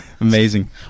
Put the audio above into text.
Amazing